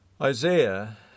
Isaiah